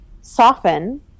soften